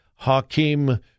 Hakeem